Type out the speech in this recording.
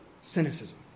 cynicism